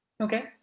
Okay